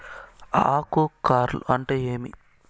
ఆకు కార్ల్ అంటే ఏమి?